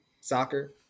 soccer